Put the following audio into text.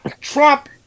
Trump